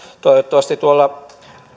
toivottavasti tuolla